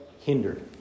hindered